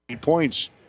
points